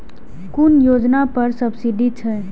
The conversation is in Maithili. कुन योजना पर सब्सिडी छै?